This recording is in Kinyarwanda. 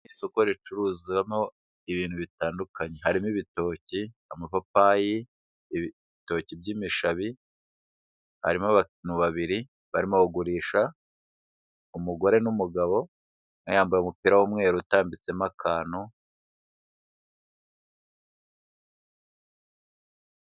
Isoko ricuruzamo ibintu bitandukanye harimo: ibitoki, amapapayi, ibitoki by'imishabi, harimo abantu babiri barimo kugurisha, umugore n'umugabo umwe yambaye umupira w'umweru utambitsemo akantu.